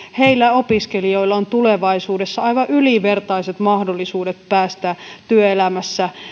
opiskelijoilla on tulevaisuudessa aivan ylivertaiset mahdollisuudet päästä työelämässä